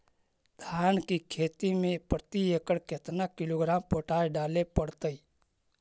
धान की खेती में प्रति एकड़ केतना किलोग्राम पोटास डाले पड़तई?